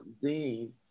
dean